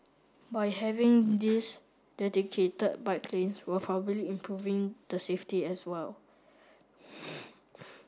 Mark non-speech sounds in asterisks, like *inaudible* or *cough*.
by having these dedicated bike lanes we're probably improving the safety as well *noise*